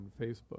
Facebook